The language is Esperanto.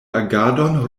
agadon